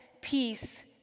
peace